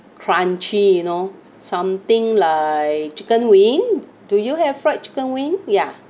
crunchy you know something like chicken wing do you have fried chicken wing ya